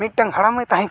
ᱢᱤᱜᱴᱟᱝ ᱦᱟᱲᱟᱢᱮ ᱛᱟᱦᱮᱸ ᱠᱟᱱᱟ